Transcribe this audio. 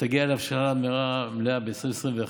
שתגיע להבשלה מלאה ב-2021,